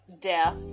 death